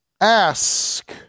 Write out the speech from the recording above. Ask